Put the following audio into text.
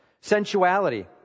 Sensuality